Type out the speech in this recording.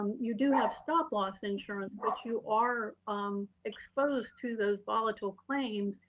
you do have stop loss insurance but you are exposed to those volatile claims,